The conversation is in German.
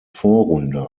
vorrunde